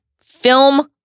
film